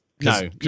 No